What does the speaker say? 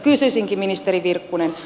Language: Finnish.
kysyisinkin ministeri virkkunen